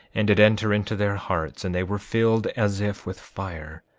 and did enter into their hearts, and they were filled as if with fire,